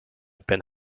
peine